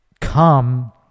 come